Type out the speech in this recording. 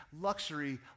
luxury